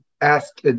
ask